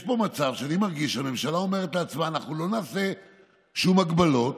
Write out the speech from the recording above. יש פה מצב שאני מרגיש שהממשלה אומרת לעצמה: אנחנו לא נעשה שום הגבלות,